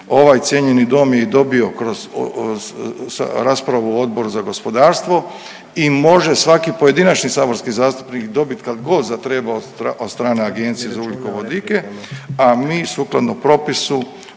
ovaj cijenjeni dom je i dobio kroz raspravu Odbora za gospodarstvo i može svaki pojedinačni saborski zastupnik dobit kad god zatreba od strane Agencije za ugljikovodike, a mi sukladno propisu